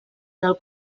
del